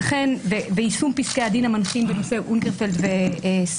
ולאור יישום פסקי הדין המנחים בנושא אונגרפלד וסגל,